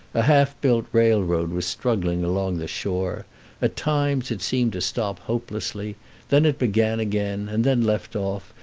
a half-built railroad was struggling along the shore at times it seemed to stop hopelessly then it began again, and then left off,